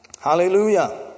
Hallelujah